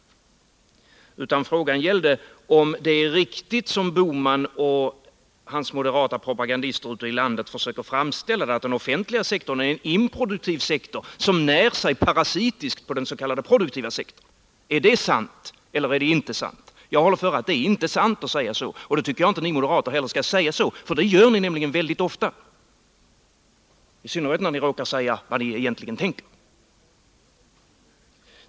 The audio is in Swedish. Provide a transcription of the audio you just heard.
Vad jag frågade var om det är riktigt som Gösta Bohman och hans moderata propagandister i landet försöker framställa det, att den offentliga sektorn är en improduktiv sektor som när sig parasitiskt på dens.k. produktiva sektorn. Är det sant, eller är det inte sant? Jag håller före att det inte är det, och jag tycker inte att moderaterna skall säga att det är så. Det gör ni nämligen väldigt ofta, i synnerhet när ni råkar säga vad ni egentligen tänker.